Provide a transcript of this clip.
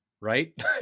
Right